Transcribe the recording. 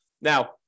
Now